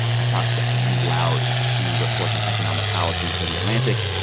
i talked to annie lowrey. she reports on economic policy for the atlantic.